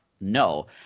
No